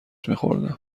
میخوردم